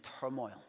turmoil